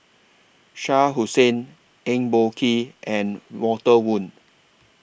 Shah Hussain Eng Boh Kee and Walter Woon